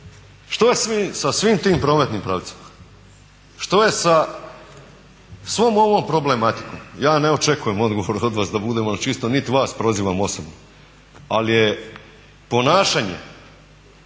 Što je sa svim tim prometnim pravcima? Što je sa svom ovom problematikom? Ja ne očekujem odgovor od vas da budemo na čisto niti vas prozivam osobno ali je ponašanje